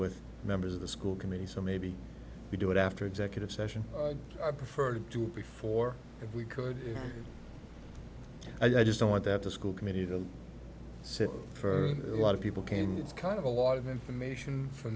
with members of the school committee so maybe we do it after executive session i preferred to be for if we could i just don't want to have the school committee the sit for a lot of people can't it's kind of a lot of information for